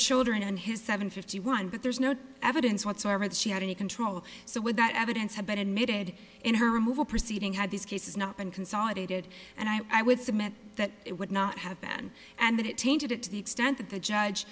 children and his seven fifty one but there's no evidence whatsoever that she had any control so with that evidence had been admitted in her removal proceeding had these cases not been consolidated and i would submit that it would not have been and that it tainted it to the extent that the judge